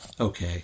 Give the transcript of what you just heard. okay